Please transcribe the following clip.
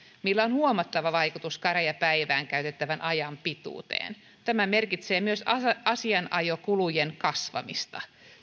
millä on huomattava vaikutus käräjäpäivään käytettävän ajan pituuteen tämä merkitsee myös asianajokulujen kasvamista